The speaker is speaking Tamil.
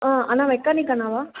ஆ அண்ணா மெக்கானிக் அண்ணாவா